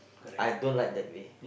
I don't like that way